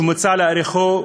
שמוצע להאריכו,